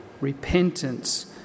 repentance